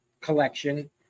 collection